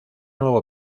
nuevo